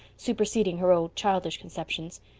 superseding her old childish conceptions,